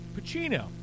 Pacino